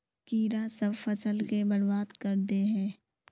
कीड़ा सब फ़सल के बर्बाद कर दे है?